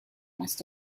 must